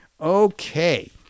okay